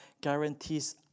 guarantees